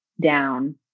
down